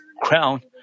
crown